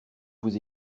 vous